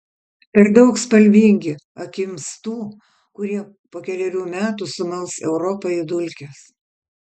per daug spalvingi akims tų kurie po kelerių metų sumals europą į dulkes